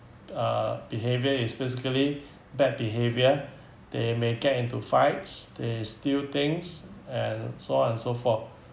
uh behaviour is basically bad behaviour they may get into fights they steal things and so on and so forth